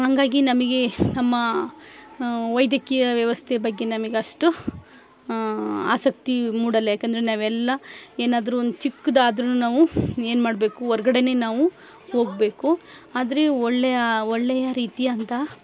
ಹಂಗಾಗಿ ನಮಗೆ ನಮ್ಮ ವೈದ್ಯಕೀಯ ವ್ಯವಸ್ಥೆ ಬಗ್ಗೆ ನಮ್ಗೆ ಅಷ್ಟು ಆಸಕ್ತಿ ಮೂಡೋಲ್ಲ ಯಾಕಂದ್ರೆ ನಾವೆಲ್ಲ ಏನಾದರು ಒಂದು ಚಿಕ್ದಾದ್ರೂ ನಾವು ಏನು ಮಾಡಬೇಕು ಹೊರ್ಗಡನೇ ನಾವು ಹೋಗ್ಬೇಕು ಆದರೆ ಒಳ್ಳೆಯ ಒಳ್ಳೆಯ ರೀತಿಯಂತಹ